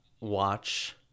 watch